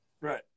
right